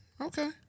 Okay